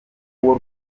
uwo